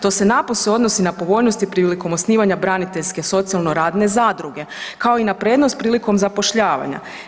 To se napose odnosi na povoljnosti prilikom osnivanja braniteljske socijalno-radne zadruge kao i na prednost prilikom zapošljavanja.